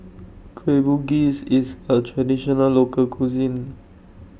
Kueh Bugis IS A Traditional Local Cuisine